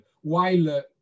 while-